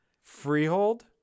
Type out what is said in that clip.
Freehold